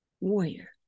warrior